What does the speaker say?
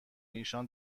ایشان